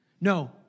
No